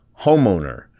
homeowner